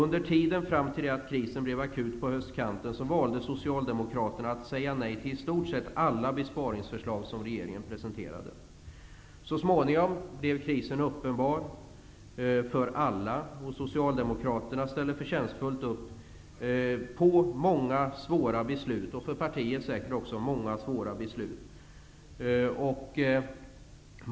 Under tiden fram till det att krisen blev akut på höstkanten valde socialdemokraterna att säga nej till i stort sett alla besparingsförslag som regeringen presenterade. Så småningom blev krisen uppenbar för alla. Socialdemokraterna ställde förtjänstfullt upp på många -- även för partiet -- svåra beslut.